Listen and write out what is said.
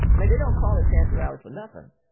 mean, they don't call it cancer alley for nothing.